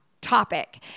topic